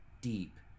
deep